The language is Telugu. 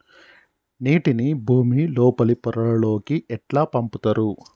నీటిని భుమి లోపలి పొరలలోకి ఎట్లా పంపుతరు?